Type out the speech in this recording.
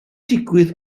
digwydd